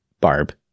Barb